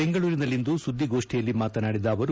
ಬೆಂಗಳೂರಿನಲ್ಲಿಂದು ಸುದ್ದಿಗೋಷ್ಠಿಯಲ್ಲಿ ಮಾತನಾಡಿದ ಅವರು